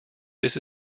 this